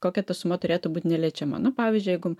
kokia ta suma turėtų būt neliečiama nu pavyzdžiui jeigu